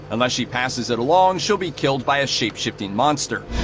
unless she passes it along, she'll be killed by a shapeshifting monster.